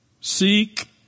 seek